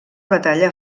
batalla